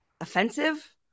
offensive